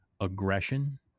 aggression